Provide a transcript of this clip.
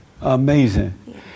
Amazing